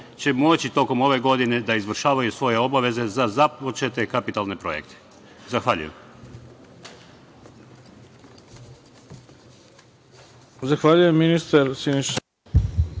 će moći tokom ove godine da izvršavaju svoje obaveze za započete kapitalne projekte. Zahvaljujem.